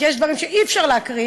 כי יש דברים שאי-אפשר להקריא,